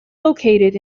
located